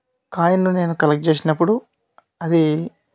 కాయిన్ను నేను కలెక్ట్ చేసినప్పుడు అది